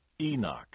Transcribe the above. Enoch